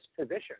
position